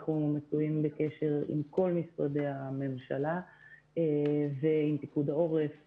אנחנו מצויים בקשר עם כל משרדי הממשלה ועם פיקוד העורף,